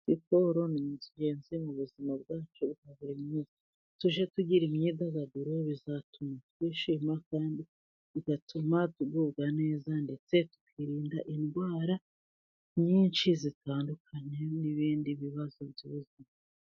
Siporo ni ni iningenzi mu buzima bwacu bwa buri munsi, tujye tugira imyidagaduro bizatuma twishima kandi bigatuma tugubwa neza, ndetse tukirinda indwara nyinshi zitandukanye n'ibindi bibazo by'ubuzima.